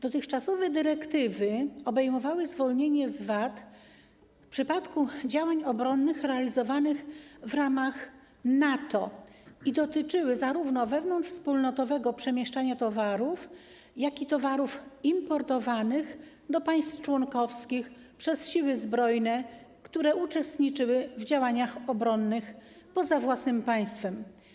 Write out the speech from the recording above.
Dotychczasowe dyrektywy obejmowały zwolnienie z VAT w przypadku działań obronnych realizowanych w ramach NATO i dotyczyły zarówno wewnątrzwspólnotowego przemieszczania towarów, jak i towarów importowanych do państw członkowskich przez siły zbrojne, które uczestniczyły w działaniach obronnych poza własnym państwem.